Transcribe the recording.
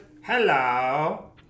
Hello